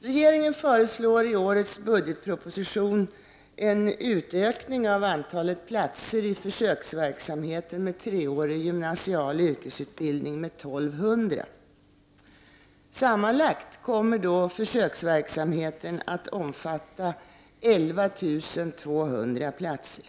Regeringen föreslår i årets budgetproposition en utökning av antalet platser i försöksverksamheten med treårig gymnasial yrkesutbildning med 1200. Sammanlagt kommer då försöksverksamheten att omfatta 11200 platser.